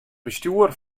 bestjoer